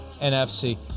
NFC